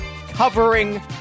covering